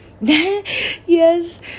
yes